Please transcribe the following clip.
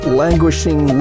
languishing